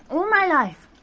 all my life.